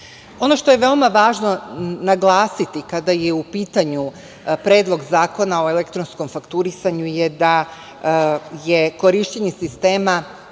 što je veoma važno naglasiti kada je u pitanju Predlog zakona o elektronskom fakturisanju je da je korišćenje sistema